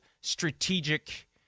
strategic